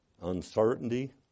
uncertainty